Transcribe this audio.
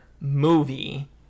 movie